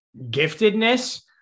giftedness